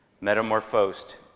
metamorphosed